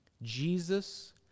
Jesus